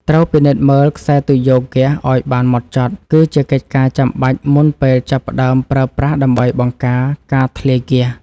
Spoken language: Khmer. ត្រូវពិនិត្យមើលខ្សែទុយោហ្គាសឱ្យបានហ្មត់ចត់ គឺជាកិច្ចការចាំបាច់មុនពេលចាប់ផ្តើមប្រើប្រាស់ដើម្បីបង្ការការធ្លាយហ្គាស។